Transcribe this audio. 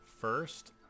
First